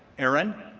aaron,